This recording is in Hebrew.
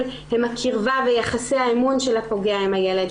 הם הקרבה ויחסי האמון של הפוגע עם הילד,